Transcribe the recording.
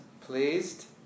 pleased